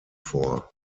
vor